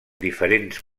diferents